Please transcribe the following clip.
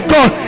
God